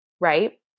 right